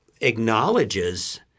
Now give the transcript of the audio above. acknowledges